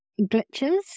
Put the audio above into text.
glitches